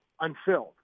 unfilled